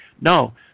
No